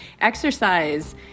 Exercise